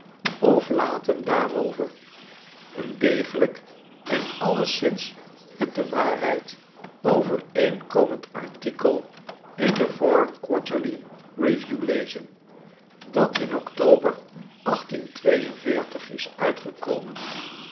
of laat hem daarover een degelijk en alleszins met de waarheid overeenkomend artikel intheforeign quarterley review lezen dat in october is uitgekomen